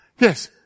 Yes